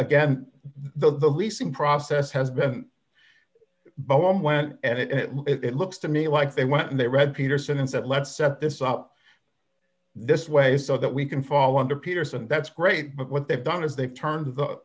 again the leasing process has been but one went and it looks to me like they went and they read peterson and said let's set this up this way so that we can fall under peterson that's great but what they've done is they've turned the